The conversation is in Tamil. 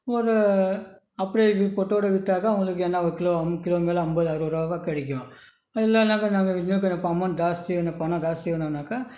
ஒரு அப்டே வி கொட்டையோட விற்றாக்கா அவங்களுக்கு என்ன ஒரு கிலோ கிலோவுக்கு மேலே ஐம்பது அறுபதுரூவா தான் கிடைக்கும் இல்லைனாக்கா நாங்கள் இதுலையும் கொஞ்சம் அமௌண்ட் ஜாஸ்தி அந்த பணம் ஜாஸ்தி வேணுன்னாக்கா